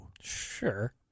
Sure